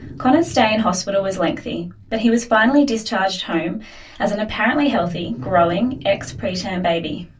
connor's stay in hospital was lengthy, but he was finally discharged home as an apparently healthy, growing, ex-preterm baby.